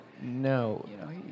No